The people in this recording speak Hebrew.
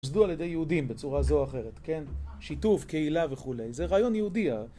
יוסדו על ידי יהודים בצורה זו או אחרת, כן, שיתוף, קהילה וכו', זה רעיון יהודי.